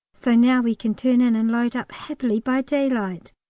so now we can turn in, and load up happily by daylight,